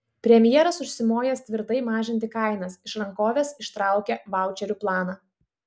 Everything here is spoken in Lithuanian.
premjeras užsimojęs tvirtai mažinti kainas iš rankovės ištraukė vaučerių planą